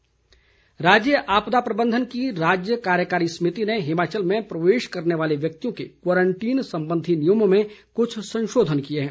संशोधन राज्य आपदा प्रबंधन की राज्य कार्यकारी समिति ने हिमाचल में प्रवेश करने वाले व्यक्तियों के क्वारंटीन संबंधी नियमों में कुछ संशोधन किए हैं